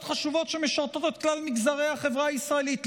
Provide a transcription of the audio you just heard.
חשובות שמשרתות את כלל מגזרי החברה הישראלית,